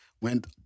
went